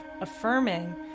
affirming